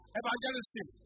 evangelism